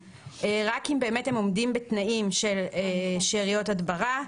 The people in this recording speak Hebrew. רק אם הן עומדות בתנאים של שאריות הדברה,